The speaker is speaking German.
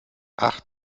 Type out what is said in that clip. ach